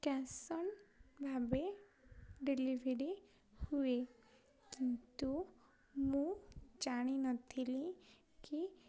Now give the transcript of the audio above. cash on ଭାବେ delivery ହୁଏ କିନ୍ତୁ ମୁଁ ଜାଣିନଥିଲି କି